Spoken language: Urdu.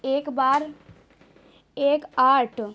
ایک بار ایک آٹ